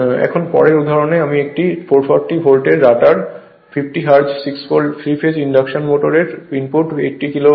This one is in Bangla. এখন পরের উদাহরণে আমি একটি 440 ভোল্ট এর rotor 50 hertz 6 pole 3 phase induction motor এর ইনপুট 80 কিলোওয়াট